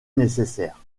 nécessaire